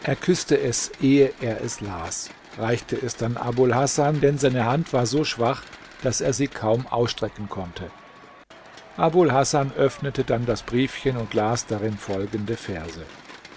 er küßte es ehe er es las reichte es dann abul hasan den seine hand war so schwach daß er sie kaum ausstrecken konnte abul hasan öffnete dann das briefchen und las darin folgende verse